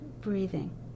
breathing